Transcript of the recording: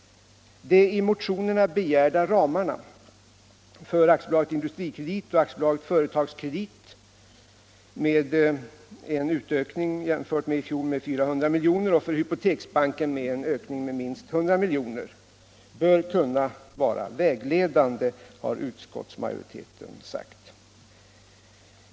De i motionerna begärda ramarna, för AB Industrikredit och AB Företagskredit en utökning jämfört med i fjol med 400 milj.kr. och för Hypoteksbanken med 100 milj.kr., bör vid dessa överväganden vara vägledande, har utskottsmajoriteten sagt.